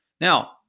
Now